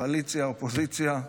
קואליציה ואופוזיציה,